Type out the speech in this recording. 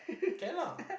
can lah